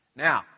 Now